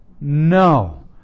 no